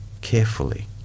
carefully